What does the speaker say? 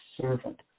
servant